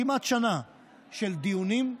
כמעט שנה של דיונים,